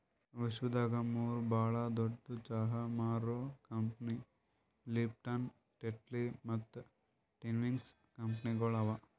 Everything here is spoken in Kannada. ವಿಶ್ವದಾಗ್ ಮೂರು ಭಾಳ ದೊಡ್ಡು ಚಹಾ ಮಾರೋ ಕಂಪನಿ ಲಿಪ್ಟನ್, ಟೆಟ್ಲಿ ಮತ್ತ ಟ್ವಿನಿಂಗ್ಸ್ ಕಂಪನಿಗೊಳ್ ಅವಾ